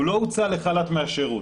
הוא לא הוצא לחל"ת מהשירות.